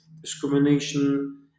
discrimination